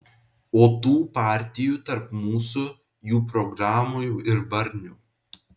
o tų partijų tarp mūsų jų programų ir barnių